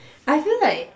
I feel like